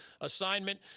assignment